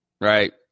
right